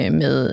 med